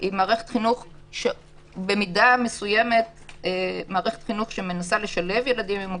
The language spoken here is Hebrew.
היא מערכת חינוך שבמידה מסוימת מנסה לשלב ילדים עם מוגבלות,